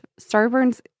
Starburns